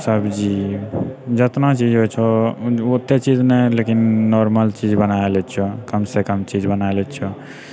सब्जी जतना चीज होइ छौ ओते चीज नहि लेकिन नॉर्मल चीज बना लै छिऔ कमसँ कम चीज बना लै छिऔ